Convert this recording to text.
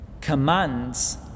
commands